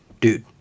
Dude